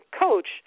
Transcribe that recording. coach